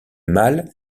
mal